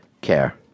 care